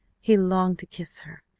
he longed to kiss her,